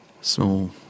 small